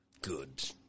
Good